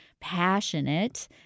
passionate